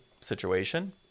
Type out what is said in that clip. situation